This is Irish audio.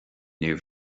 níor